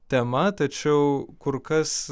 tema tačiau kur kas